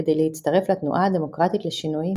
כדי להצטרף לתנועה הדמוקרטית לשינוי,